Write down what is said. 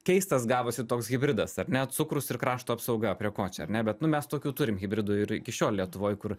keistas gavosi toks hibridas ar ne cukrus ir krašto apsauga prie ko čia ar ne bet nu mes tokių turim hibridų ir iki šiol lietuvoj kur